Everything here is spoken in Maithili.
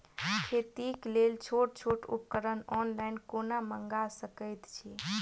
खेतीक लेल छोट छोट उपकरण ऑनलाइन कोना मंगा सकैत छी?